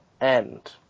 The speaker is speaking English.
end